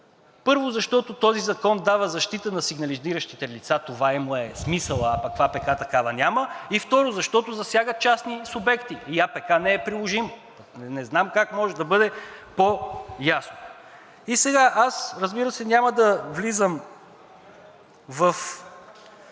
Първо, защото този закон дава защита на сигнализиращите лица – това му е смисълът, а пък в АПК такава няма и второ, защото засяга частни субекти и АПК не е приложим. Не знам как може да бъде по-ясно. И сега аз, разбира се, няма да влизам в